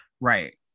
right